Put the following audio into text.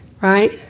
Right